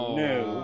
no